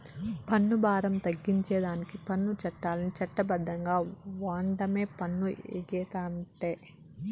పన్ను బారం తగ్గించేదానికి పన్ను చట్టాల్ని చట్ట బద్ధంగా ఓండమే పన్ను ఎగేతంటే